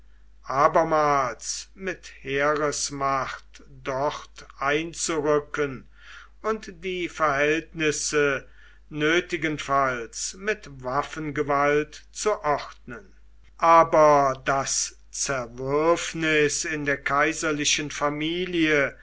abermals mit heeresmacht dort einzurücken und die verhältnisse nötigenfalls mit waffengewalt zu ordnen aber das zerwürfnis in der kaiserlichen familie